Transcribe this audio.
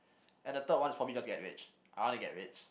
and the third one is just for me to get rich I want to get rich